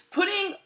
putting